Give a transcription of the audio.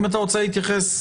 אם רוצים להתייחס,